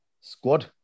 squad